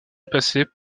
passées